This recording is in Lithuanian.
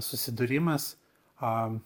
susidūrimas a